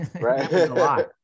Right